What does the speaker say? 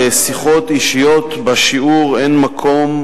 לשיחות אישיות בשיעור אין מקום,